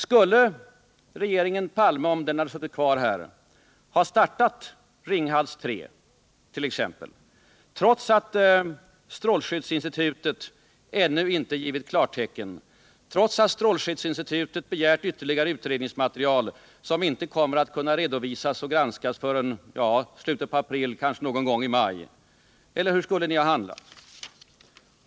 Skulle regeringen Palme, om den hade suttit kvar, ha startat t.ex. Ringhals 3, trots att strålskyddsinstitutet ännu inte givit klartecken och trots att strålskyddsinstitutet begärt ytterligare utredningsmaterial, som inte kommer att kunna redovisas och granskas förrän i slutet av april eller kanske någon gång i maj? Eller hur skulle ni ha handlat?